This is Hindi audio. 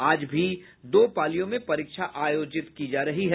आज भी दो पालियों में परीक्षा आयोजित की जा रही है